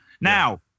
Now